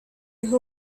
who